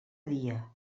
dia